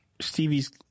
Stevie's